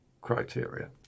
criteria